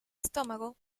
estómago